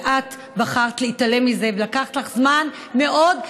ואת בחרת להתעלם מזה ולקח לך זמן מאוד,